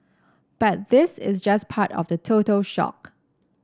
but this is just part of the total stock